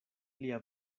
lia